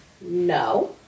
no